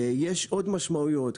יש עוד משמעויות.